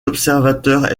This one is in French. observateurs